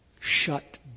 Shut